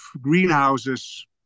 greenhouses